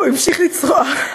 והוא המשיך לצרוח: